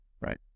right